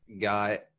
got